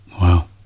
Wow